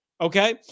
okay